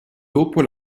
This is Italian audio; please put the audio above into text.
dopo